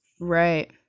right